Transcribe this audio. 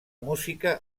música